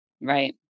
Right